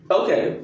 okay